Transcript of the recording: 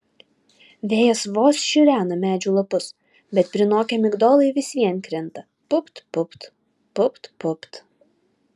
vėjas vos šiurena medžių lapus bet prinokę migdolai vis vien krinta pupt pupt pupt pupt